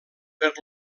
per